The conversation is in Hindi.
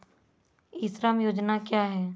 ई श्रम योजना क्या है?